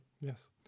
Yes